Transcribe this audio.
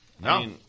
No